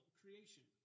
creation